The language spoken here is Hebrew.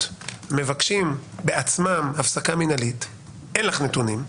מבקשים בעצמם הפסקה מינהלית אין לך נתונים,